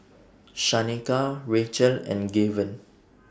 Shaneka Rachael and Gaven